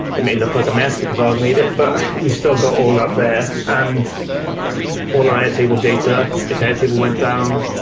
it may look like a mess, because i've made it, but we still got all up there. and all our airtable data, if airtable went down,